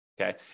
okay